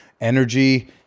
energy